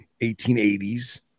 1880s